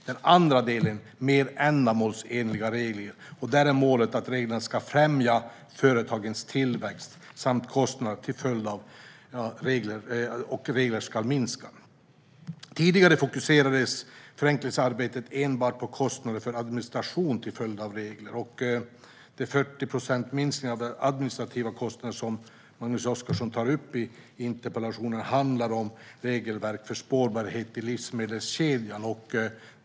Den andra delen är mer ändamålsenliga regler. Här är målet att reglerna ska främja företagens tillväxt och att kostnader till följd av regler ska minska. Tidigare fokuserades förenklingsarbetet enbart på kostnader för administration till följd av regler. Den 40-procentiga minskningen av administrativa kostnader, som Magnus Oscarsson tar upp i interpellationen, handlar om regelverk för spårbarhet i livsmedelskedjan.